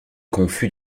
confus